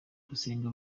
gusenga